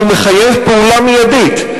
והוא מחייב פעולה מיידית,